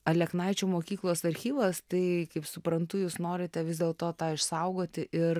aleknaičių mokyklos archyvas tai kaip suprantu jūs norite vis dėlto tą išsaugoti ir